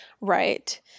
Right